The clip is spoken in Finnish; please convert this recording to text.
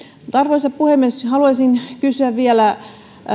arvoisa puhemies haluaisin kysyä vielä